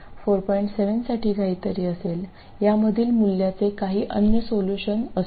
7 साठी काहीतरी असेल यामधील मूल्याचे काही अन्य सोल्युशन असतील